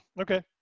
Okay